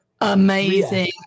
amazing